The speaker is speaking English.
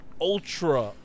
ultra